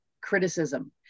criticism